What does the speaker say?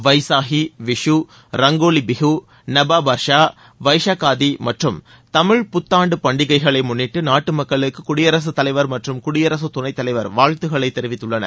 வைசாஹி விஷூ ரங்கோலி பிகு நபா பர்ஷா வைசக்காதி மற்றும் தமிழ் புத்தாண்டு பண்டிகைகளை முன்னிட்டு நாட்டு மக்களுக்கு குடியரசுத் தலைவர் மற்றும் குடியரசுத் துணைத் தலைவர் வாழ்த்து தெரிவித்துள்ளனர்